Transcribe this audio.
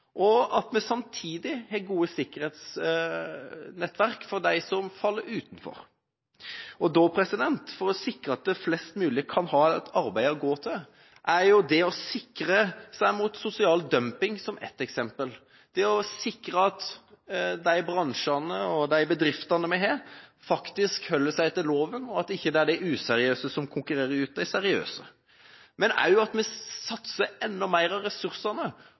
og at vi samtidig har gode sikkerhetsnettverk for dem som faller utenfor. Et eksempel på å sikre at flest mulig kan ha et arbeid å gå til, er det å sikre samfunnet mot sosial dumping, å sikre at de bransjene og de bedriftene vi har, faktisk holder seg til loven, og at ikke de useriøse konkurrerer ut de seriøse. Vi må også satse enda mer av ressursene